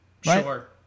Sure